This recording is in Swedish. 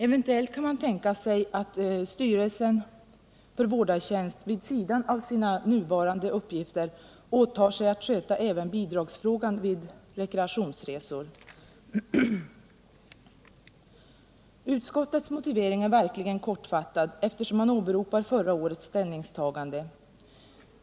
Eventuellt kan man tänka sig att styrelsen för vårdartjänst vid sidan av sina nuvarande uppgifter åtar sig att sköta även bidragsfrågan vid rekreationsresor. Utskottets motivering är verkligen kortfattad - man åberopar förra årets ställningstagande.